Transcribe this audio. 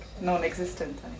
non-existent